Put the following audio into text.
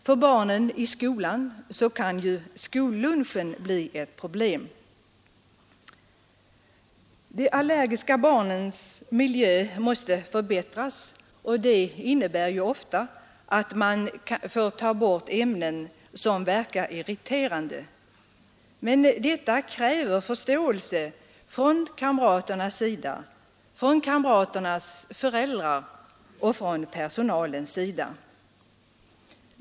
För barnen i skolan kan skollunchen bli ett problem. De allergiska barnens miljö måste förbättras, och det innebär ofta att man får ta bort ämnen som verkar irriterande. Men detta kräver förståelse från kamraternas sida, från kamraternas föräldrar och från personalens sida.